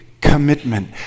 commitment